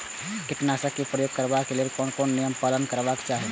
कीटनाशक क प्रयोग करबाक लेल कोन कोन नियम के पालन करबाक चाही?